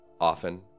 Often